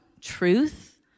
truth